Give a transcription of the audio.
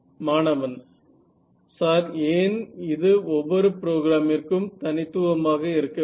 மாணவன் சார் ஏன் இது ஒவ்வொரு ப்ரோக்ராமிற்கும் தனித்துவமாக இருக்க வேண்டும்